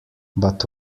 but